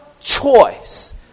choice